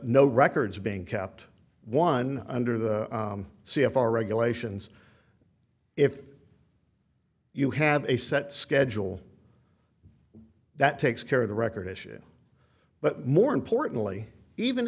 no records being kept one under the c f r regulations if you have a set schedule that takes care of the record issue but more importantly even